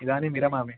इदानीं विरमामि